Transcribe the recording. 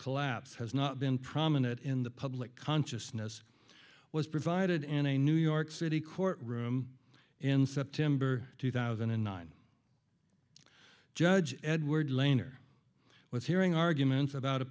collapse has not been prominent in the public consciousness was provided in a new york city courtroom in september two thousand and nine judge edward lainer was hearing arguments about a